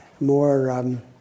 more